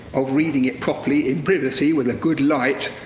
of reading it properly, in privacy, with a good light,